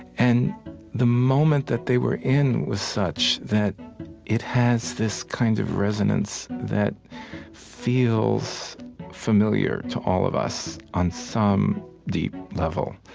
and the moment that they were in was such that it has this kind of resonance that feels familiar to all of us on some deep level,